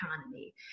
economy